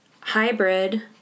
Hybrid